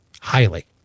highly